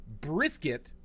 brisket